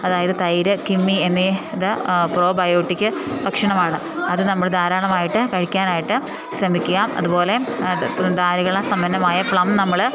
അതായത് തൈര് കിമ്മി എന്ന ഇത് പ്രോബയോട്ടിക് ഭക്ഷണമാണ് അത് നമ്മൾ ധാരാളമായിട്ട് കഴിക്കാനായിട്ട് ശ്രമിക്കുക അതുപോലെ നാരുകളാൽ സമ്പന്നമായ പ്ലം നമ്മൾ